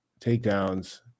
takedowns